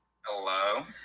Hello